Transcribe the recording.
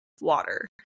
water